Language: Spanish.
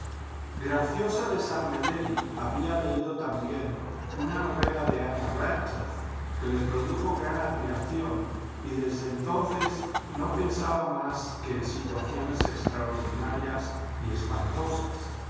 graciosa de san mederi había leído también una noela de ana radcliff que le produjo gran admiración y desde entonces no pensaba más que en situaciones extraordinarias y espantosas